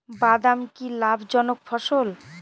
বাদাম কি লাভ জনক ফসল?